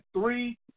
three